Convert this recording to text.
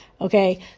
Okay